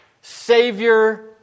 Savior